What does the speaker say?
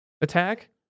attack